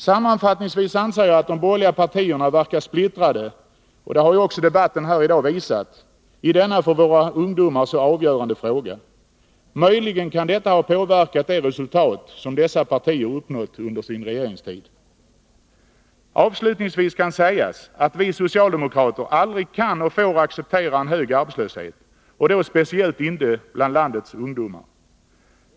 Sammanfattningsvis anser jag att de borgerliga partierna verkar splittrade — och det har också debatten här i dag visat — i denna för våra ungdomar så avgörande fråga. Möjligen kan detta ha påverkat det resultat som dessa partier uppnått under sin regeringstid. Avslutningsvis kan sägas att vi socialdemokrater aldrig kan acceptera en hög arbetslöshet, speciellt inte bland landets ungdomar.